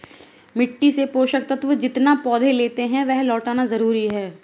मिट्टी से पोषक तत्व जितना पौधे लेते है, वह लौटाना जरूरी है